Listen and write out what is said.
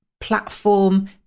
platform